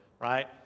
right